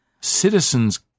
citizens